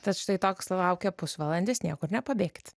tad štai toks laukia pusvalandis niekur nepabėkit